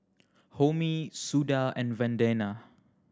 Homi Suda and Vandana